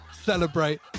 celebrate